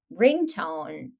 ringtone